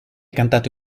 cantato